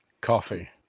Coffee